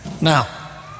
Now